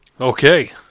Okay